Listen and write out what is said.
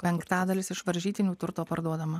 penktadalis iš varžytinių turto parduodama